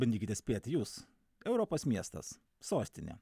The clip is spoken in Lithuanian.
bandykite spėti jūs europos miestas sostinė